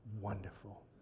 wonderful